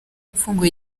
mfungura